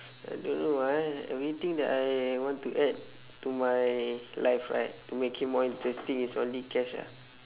I don't know ah everything that I want to add to my life right to make it more interesting is only cash ah